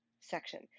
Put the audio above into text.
section